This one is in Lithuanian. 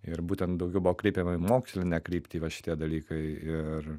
ir būtent daugiau buvo kreipiama į mokslinę kryptį va šitie dalykai ir